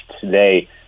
today